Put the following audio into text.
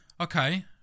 okay